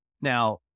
now